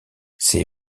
ses